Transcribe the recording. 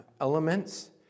elements